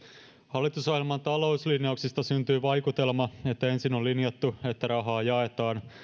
hallitusohjelman talouslinjauksista syntyy vaikutelma että ensin on linjattu että rahaa jaetaan